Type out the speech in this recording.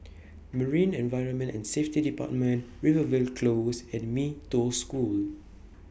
Marine Environment and Safety department Rivervale Close and Mee Toh School